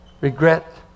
Regret